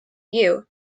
you